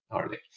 early